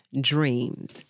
Dreams